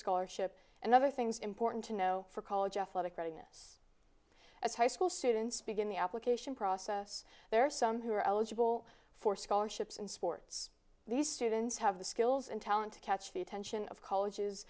scholarship and other things important to know for college athletic readiness as high school students begin the application process there are some who are eligible for scholarships and sports these students have the skills and talent to catch the attention of colleges